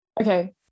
okay